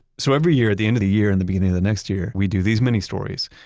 so every year at the end of the year and the beginning of the next year we do these many stories.